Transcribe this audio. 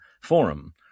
forum